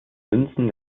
münzen